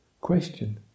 question